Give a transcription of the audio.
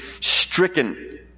stricken